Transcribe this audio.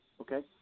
okay